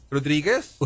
Rodriguez